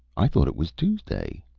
i thought it was tuesday.